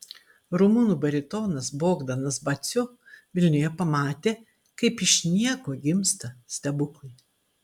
rumunų baritonas bogdanas baciu vilniuje pamatė kaip iš nieko gimsta stebuklai